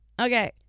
Okay